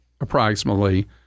approximately